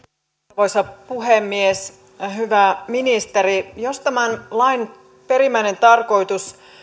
arvoisa puhemies hyvä ministeri jos tämän lain perimmäinen tarkoitus